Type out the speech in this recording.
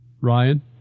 Ryan